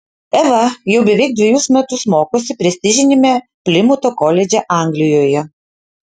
eva jau beveik dvejus metus mokosi prestižiniame plimuto koledže anglijoje